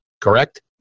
correct